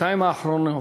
בשנתיים האחרונות,